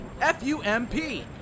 F-U-M-P